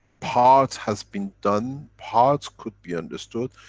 part has been done. part could be understood.